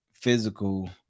physical